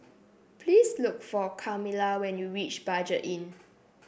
please look for Kamilah when you reach Budget Inn